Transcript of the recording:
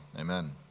Amen